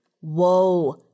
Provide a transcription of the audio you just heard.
Whoa